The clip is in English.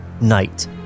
night